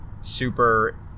super